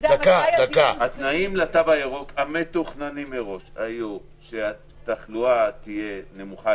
--- התנאים המתוכננים לתו הירוק היו שהתחלואה תהיה נמוכה,